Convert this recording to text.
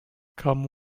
come